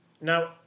Now